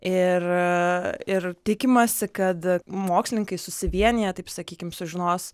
ir ir tikimasi kad mokslininkai susivieniję taip sakykim sužinos